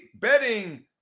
betting